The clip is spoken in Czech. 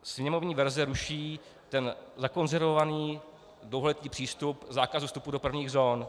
Sněmovní verze ruší ten zakonzervovaný dohled i přístup k zákazu vstupu do prvních zón.